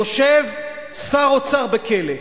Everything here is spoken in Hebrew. יושב שר אוצר בכלא,